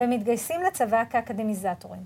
ומתגייסים לצבא כאקדמיזטורים.